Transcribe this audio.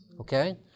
okay